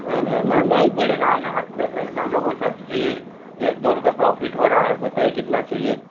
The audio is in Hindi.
नहीं नहीं महंगाई बढ़ रहा है ना हफ्ते में हम लोगों को सब्जी एक दो रुपए प्रॉफिट हो रहा है बताईये कितना चाहिए